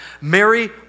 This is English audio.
Mary